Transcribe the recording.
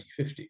2050